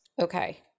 Okay